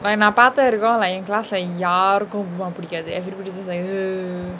அது நா பாத்த இருக்கு:athu na paatha iruku lah eh class lah யாருக்கு:yaaruku uppma புடிக்காது:pudikaathu everybodys are say